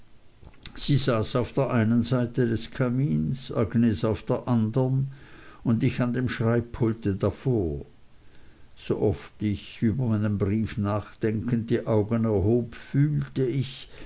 sie saß auf der einen seite des kamins agnes auf der andern und ich an dem schreibpulte davor so oft ich über meinen brief nachdenkend die augen erhob fühlte ich